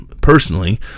personally